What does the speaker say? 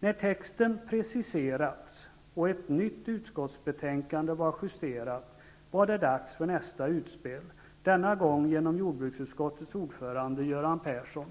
När texten preciserats och ett nytt utskottsbetänkande var justerat var det dags för nästa utspel, denna gång genom jordbruksutskottets ordförande Göran Persson.